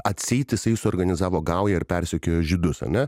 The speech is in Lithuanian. atseit jisai suorganizavo gaują ir persekiojo žydus ane